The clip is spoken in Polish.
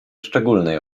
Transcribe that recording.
szczególnej